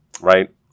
right